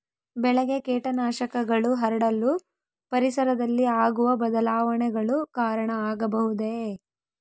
ಬೆಳೆಗೆ ಕೇಟನಾಶಕಗಳು ಹರಡಲು ಪರಿಸರದಲ್ಲಿ ಆಗುವ ಬದಲಾವಣೆಗಳು ಕಾರಣ ಆಗಬಹುದೇ?